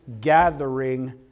gathering